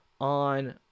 on